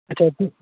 ᱟᱪᱷᱟ ᱚᱯᱷᱤᱥ